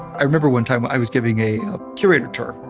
i remember one time i was giving a curator tour,